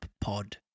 Pod